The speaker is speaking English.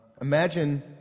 Imagine